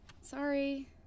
sorry